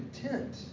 content